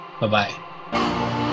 Bye-bye